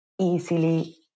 easily